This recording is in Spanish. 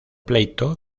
pleito